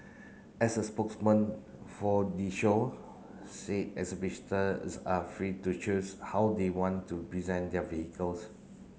as a spokeswoman for the shower say exhibitors are free to choose how they want to present their vehicles